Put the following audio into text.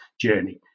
journey